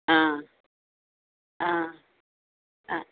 ஆ ஆ ஆ